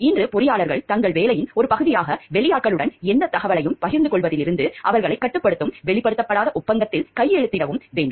இன்று பொறியாளர்கள் தங்கள் வேலையின் ஒரு பகுதியாக வெளியாட்களுடன் எந்தத் தகவலையும் பகிர்ந்து கொள்வதிலிருந்து அவர்களைக் கட்டுப்படுத்தும் வெளிப்படுத்தாத ஒப்பந்தத்தில் கையெழுத்திட வேண்டும்